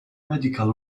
medical